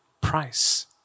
price